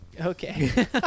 Okay